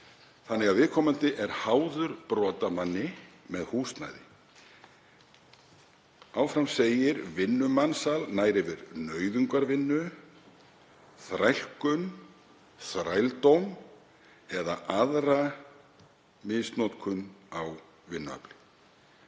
þannig að viðkomandi er háður brotamanni með húsnæði. Vinnumansal nær yfir nauðungarvinnu, þrælkun, þrældóm eða aðra misnotkun á vinnuafli